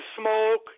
smoke